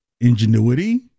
ingenuity